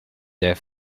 their